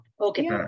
Okay